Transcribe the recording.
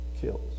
kills